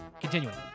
continuing